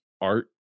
art